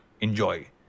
enjoy